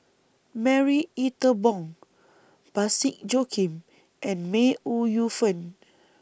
Marie Ethel Bong Parsick Joaquim and May Ooi Yu Fen